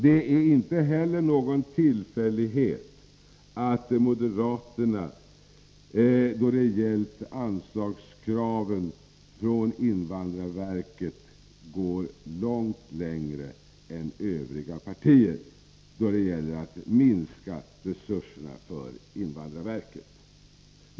Det är inte heller någon tillfällighet att moderaterna beträffande anslagskraven från invandrarverket gjort en reservation, som har en långt gående verkan när det gäller att minska resurserna för invandrarverket.